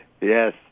Yes